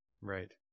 Right